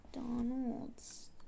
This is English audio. McDonald's